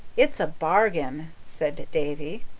it's a bargain, said davy.